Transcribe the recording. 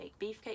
Beefcake